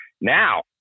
Now